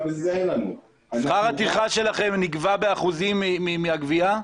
שכר הטרחה שלכם נקבע באחוזים מהגבייה?